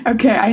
Okay